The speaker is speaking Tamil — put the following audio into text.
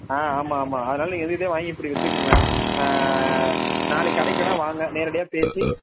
ஆ ஆமாம் ஆமாம் அதனால் நீங்கள் எங்கள் கிட்டேயே வாங்கி இப்படி விற்றுக்குங்க நாளைக்கு கடைக்கு வேண்ணால் வாங்க நேரடியாக பேசி